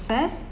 success